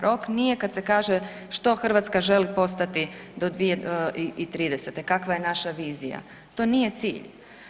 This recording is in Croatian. Rok nije kad se kaže što Hrvatska želi postati do 2030. kakva je naša vizija, to nije cilj.